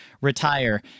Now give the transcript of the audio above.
retire